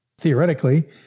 theoretically